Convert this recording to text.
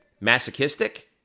masochistic